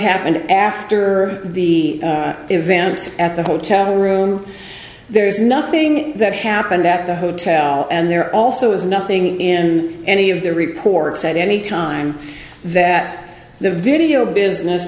happened after the event at the hotel room there is nothing that happened at the hotel and there also is nothing in any of the reports at any time that the video business